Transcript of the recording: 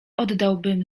oddałbym